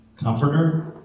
Comforter